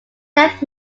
death